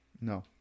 No